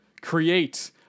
create